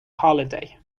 holiday